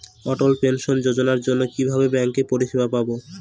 অটল pension যোজনার জন্য কিভাবে ব্যাঙ্কে পরিষেবা পাবো?